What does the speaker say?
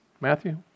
Matthew